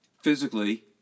physically